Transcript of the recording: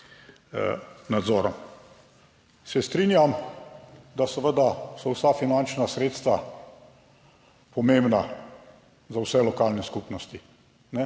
nadzorom. Se strinjam, da seveda so vsa finančna sredstva pomembna za vse lokalne skupnosti. Je